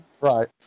Right